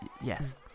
yes